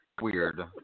weird